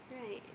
right